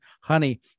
honey